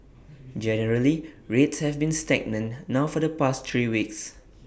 generally rates have been stagnant now for the past three weeks